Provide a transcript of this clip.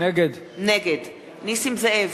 נגד נסים זאב,